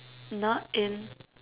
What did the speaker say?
not in